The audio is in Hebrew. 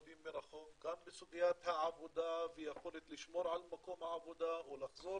גם בסוגיית העבודה והיכולת לשמור על מקום העבודה או לחזור